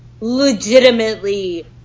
legitimately